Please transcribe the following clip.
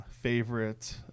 favorite